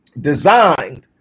designed